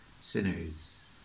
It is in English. sinners